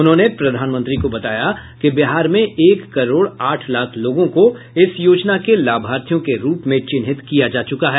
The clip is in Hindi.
उन्होंने प्रधानमंत्री को बताया कि बिहार में एक करोड़ आठ लाख लोगों को इस योजना के लाभार्थियों के रूप में चिन्हित किया जा चुका है